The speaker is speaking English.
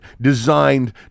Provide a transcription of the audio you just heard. designed